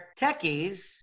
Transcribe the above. techies